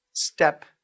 step